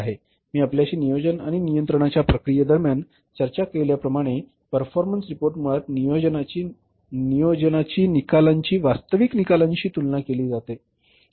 मी आपल्याशी नियोजन आणि नियंत्रणाच्या प्रक्रियेदरम्यान चर्चा केल्याप्रमाणे परफॉर्मन्स रिपोर्ट मुळात नियोजित निकालांची वास्तविक निकालांशी तुलना केली जाते बरोबर